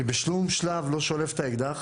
אני בשום שלב לא שולף את האקדח